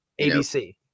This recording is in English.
ABC